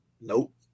Nope